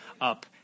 up